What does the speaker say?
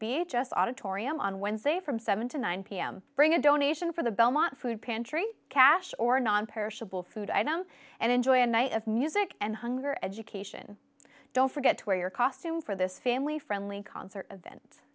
beach us auditorium on wednesday from seven to nine pm bring a donation for the belmont food pantry cash or nonperishable food item and enjoy a night of music and hunger education don't forget to wear your costume for this family friendly concert event